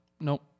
Nope